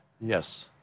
Yes